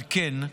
על כן,